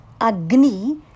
Agni